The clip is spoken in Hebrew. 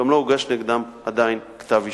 אלא גם לא הוגש נגדם עדיין כתב אישום.